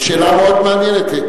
זו שאלה מעניינת מאוד.